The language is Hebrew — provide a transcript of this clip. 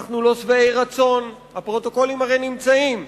אנחנו לא שבעי רצון, הפרוטוקולים הרי נמצאים,